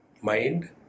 mind